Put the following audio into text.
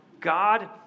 God